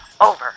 Over